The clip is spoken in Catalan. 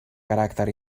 caràcter